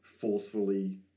forcefully